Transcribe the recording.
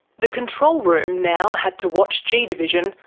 the control room now had to watch g division,